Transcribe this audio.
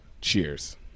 cheers